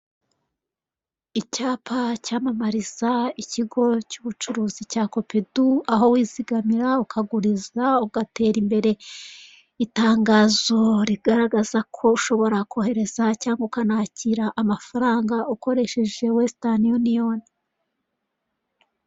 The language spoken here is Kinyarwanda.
Icyapa cyamamariza ikigo cy'ubucuruzi cya kopedu aho wizigamira ukaguriza ugatera imbere. Itangazo rigaragaza ko ushobora kohereza cyangwa ukanakira amafaranga ukoresheje wesitani yuniyoni.